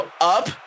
up